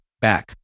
back